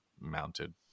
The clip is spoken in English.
mounted